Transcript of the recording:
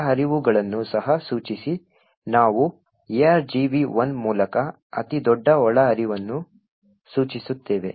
ಒಳಹರಿವುಗಳನ್ನು ಸಹ ಸೂಚಿಸಿ ನಾವು argv1 ಮೂಲಕ ಅತಿ ದೊಡ್ಡ ಒಳಹರಿವನ್ನು ಸೂಚಿಸುತ್ತೇವೆ